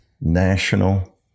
national